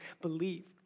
believe